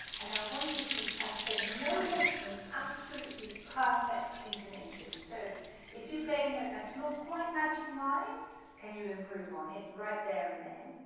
and i want you to accept no less than absolutely perfect intonation, so if you play a note that's not quite matching mine can you improve on it right there and then.